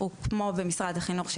הם כמו במשרד החינוך,